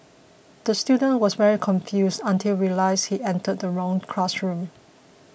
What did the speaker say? the student was very confused until realised he entered the wrong classroom